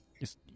Yes